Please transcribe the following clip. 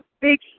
big